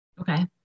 Okay